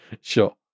Sure